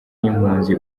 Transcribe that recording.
n’impunzi